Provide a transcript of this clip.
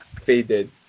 faded